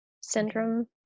syndrome